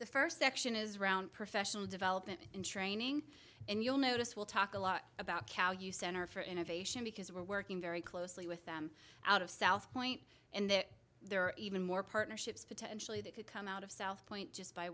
the first section is round professional development in training and you'll notice we'll talk a lot about cal you center for innovation because we're working very closely with them out of south point and then there are even more partnerships potentially that could come out of south point just by